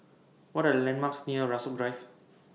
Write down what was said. What Are The landmarks near Rasok Drive